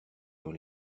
dans